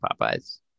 Popeye's